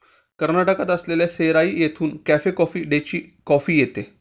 कर्नाटकात असलेल्या सेराई येथून कॅफे कॉफी डेची कॉफी येते